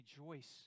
rejoice